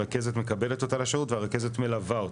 הרכזת מקבלת אותה לשירות והרכזת מלווה אותה.